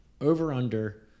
Over-under